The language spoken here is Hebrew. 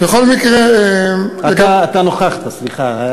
אתה נכחת, סליחה.